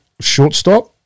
shortstop